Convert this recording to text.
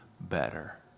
better